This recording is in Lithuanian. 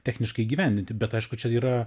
techniškai įgyvendinti bet aišku čia yra